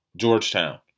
Georgetown